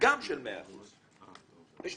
גם של 100% בשנתיים.